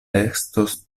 estos